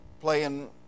playing